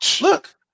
Look